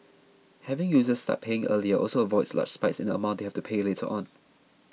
having users start paying earlier also avoids large spikes in the amount they have to pay later on